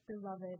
Beloved